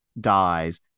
dies